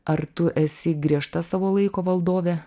ar tu esi griežta savo laiko valdovė